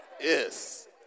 Yes